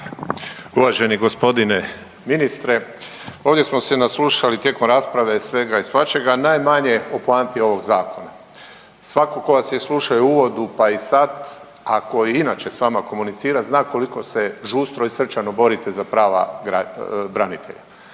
Uvaženi gospodine ministre ovdje smo se naslušali tijekom rasprave svega i svačega. Najmanje o poanti ovoga Zakona. Svatko tko vas je slušao u uvodu, pa i sada a tko inače s vama komunicira zna koliko se žustro i srčano borite za prava branitelja.